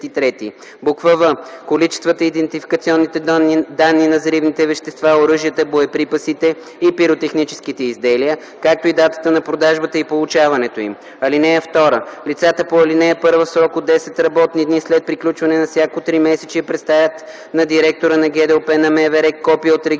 53; в) количествата и идентификационните данни на взривните вещества, оръжията, боеприпасите и пиротехническите изделия, както и датата на продажбата и получаването им. (2) Лицата по ал. 1 в срок от 10 работни дни след приключване на всяко тримесечие представят на директора на ГДОП на МВР копие от регистъра